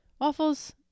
Waffles